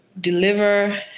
deliver